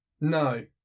no